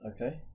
Okay